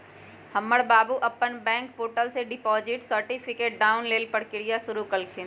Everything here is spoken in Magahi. हमर बाबू अप्पन बैंक पोर्टल से डिपॉजिट सर्टिफिकेट डाउनलोड लेल प्रक्रिया शुरु कलखिन्ह